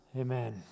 Amen